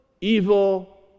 evil